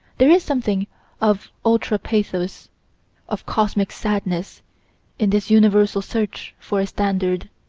there is something of ultra-pathos of cosmic sadness in this universal search for a standard,